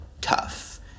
tough